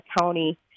county